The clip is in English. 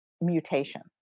mutation